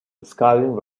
scaling